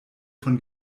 von